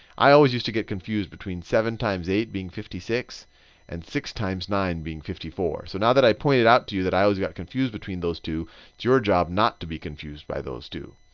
i always used to get confused between seven times eight being fifty six and six times nine being fifty four. so now that i pointed out to you that i always got confused between those two, it's your job not to be confused by those two.